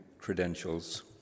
credentials